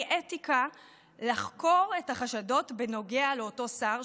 אתיקה לחקור את החשדות בנוגע לאותו שר,